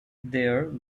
there